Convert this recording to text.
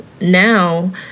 now